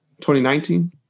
2019